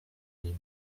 nim